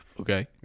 okay